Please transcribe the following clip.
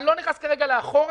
אני לא נכנס כרגע לאחורה.